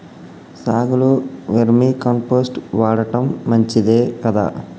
సాగులో vermicompost వాడటం మంచిదే కదా?